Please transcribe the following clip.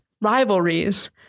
rivalries